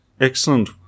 excellent